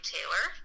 Taylor